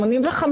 85,